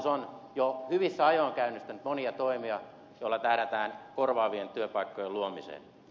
hallitus on jo hyvissä ajoin käynnistänyt monia toimia joilla tähdätään korvaavien työpaikkojen luomiseen